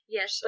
Yes